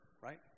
right